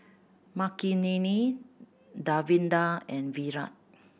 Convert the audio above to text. Makineni Davinder and Virat